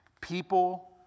People